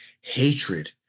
hatred